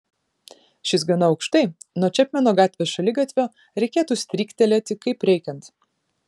šis gana aukštai nuo čepmeno gatvės šaligatvio reikėtų stryktelėti kaip reikiant